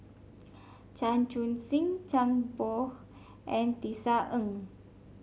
Chan Chun Sing Zhang Bohe and Tisa Ng